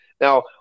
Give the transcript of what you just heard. Now